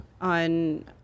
on